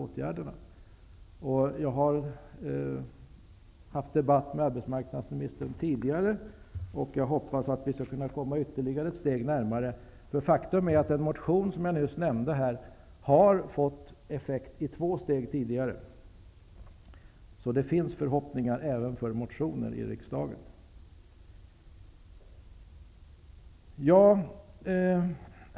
Jag har tidigare haft en debatt om detta med arbetsmarknadsministern, och jag hoppas att vi skall kunna komma ytterligare ett steg närmare varandra. Faktum är att den motion som jag nyss nämnde har fått effekt i två steg tidigare. Så det finns förhoppningar även för motioner i riksdagen.